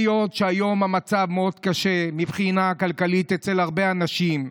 היות שהיום המצב מאוד קשה מבחינה כלכלית אצל הרבה אנשים,